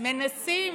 מנסים